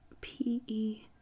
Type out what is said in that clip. P-E